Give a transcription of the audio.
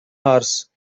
hours